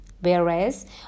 whereas